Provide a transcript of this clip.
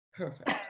perfect